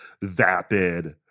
vapid